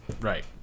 right